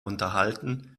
unterhalten